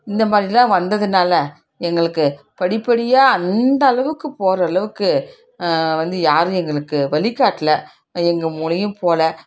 இந்த மாதிரில்லாம் வந்ததுனால் எங்களுக்கு படி படியா அந்த அளவுக்கு போகிற அளவுக்கு வந்து யாரும் எங்களுக்கு வழிகாட்டல எங்கள் மூளையும் போல